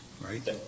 right